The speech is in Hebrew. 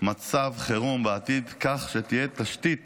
מצב חירום בעתיד, כך שתהיה תשתית